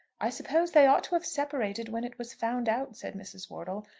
i suppose they ought to have separated when it was found out, said mrs. wortle.